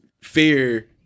fear